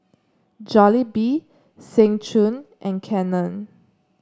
Jollibee Seng Choon and Canon